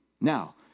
Now